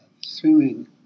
Swimming